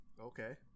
Okay